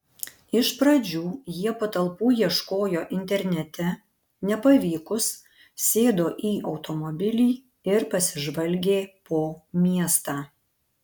iš pradžių jie patalpų ieškojo internete nepavykus sėdo į automobilį ir pasižvalgė po miestą